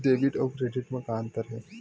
Debit अउ credit म का अंतर हे?